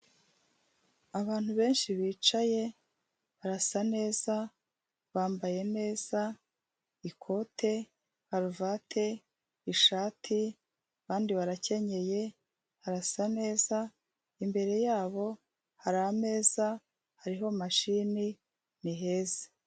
Abantu benshi bicaye barasa neza, bambaye neza ikote, karuvate, ishati, kandi barakenyeye arasa neza imbere yabo hari ameza hariho mashini niheza.